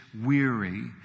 weary